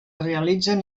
realitzen